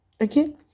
Okay